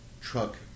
truck